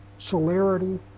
Celerity